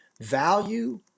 value